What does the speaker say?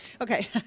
Okay